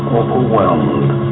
overwhelmed